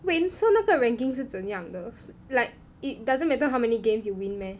wait so 那个 ranking 是怎样的 like it doesn't matter how many games you win meh